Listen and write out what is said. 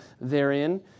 therein